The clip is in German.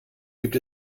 gibt